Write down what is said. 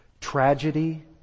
tragedy